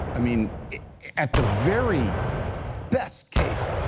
i mean, at the very best case,